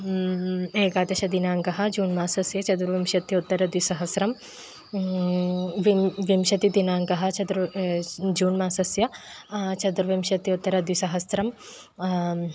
एकादशदिनाङ्कः जून् मासस्य चतुर्विंशत्युत्तरद्विसहस्रं विं विंशतिदिनाङ्कः चतुर्थि श् जून् मासस्य चतुर्विंशत्युत्तरद्विसहस्रं